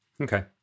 Okay